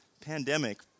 pandemic